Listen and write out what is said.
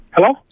Hello